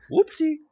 Whoopsie